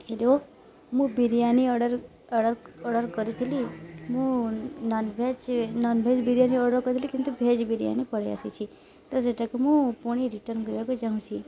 hello ମୁଁ biryani order order order କରିଥିଲି ମୁଁ ନନଭେଜ ନନଭେଜ ବିରିୟାନୀ ଅର୍ଡ଼ର କରିଥିଲି କିନ୍ତୁ ଭେଜ ବିରିୟାନି ପଳେଇ ଆସିଛି ତ ସେଇଟାକୁ ମୁଁ ପୁଣି ରିଟର୍ଣ୍ଣ କରିବାକୁ ଚାହୁଁଛି